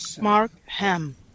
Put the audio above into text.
Markham